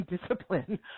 discipline